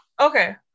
Okay